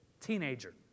teenager